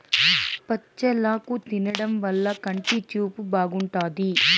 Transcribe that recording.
బచ్చలాకు తినడం వల్ల కంటి చూపు బాగుంటాది